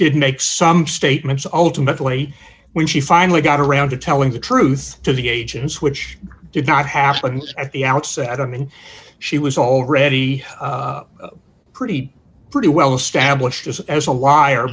did make some statements ultimately when she finally got around to telling the truth to the agents which did not happens at the outset i don't mean she was already pretty pretty well established as a liar